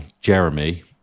Jeremy